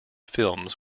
films